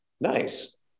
Nice